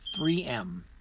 3M